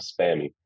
spammy